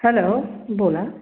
hello बोला